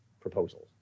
proposals